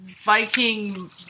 Viking